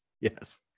Yes